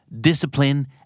discipline